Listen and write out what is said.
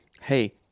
hey